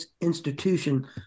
institution